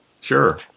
Sure